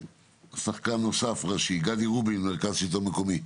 שחקן נוסף ראשי, גדי רובין, מרכז שלטון מקומי.